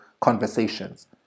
conversations